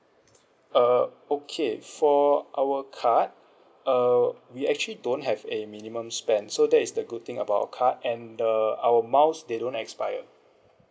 uh okay for our card uh we actually don't have a minimum spend so that is the good thing about our card and uh our miles they don't expire